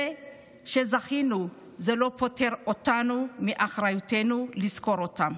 זה שזכינו, לא פוטר אותנו מאחריותנו לזכור אותם.